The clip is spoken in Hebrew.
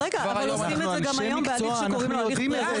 אנחנו אנשי מקצוע אנחנו יודעים את זה.